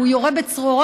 והוא יורה בצרורות,